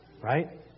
right